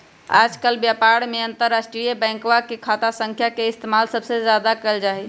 आजकल व्यापार में अंतर्राष्ट्रीय बैंकवा के खाता संख्या के इस्तेमाल सबसे ज्यादा कइल जाहई